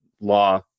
law